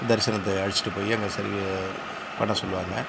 தரிசனத்தை அழைச்சிட்டு போய் அங்கே சரிய பண்ண சொல்லுவாங்க